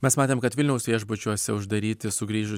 mes matėm kad vilniaus viešbučiuose uždaryti sugrįžu